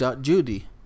Judy